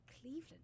Cleveland